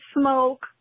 smoke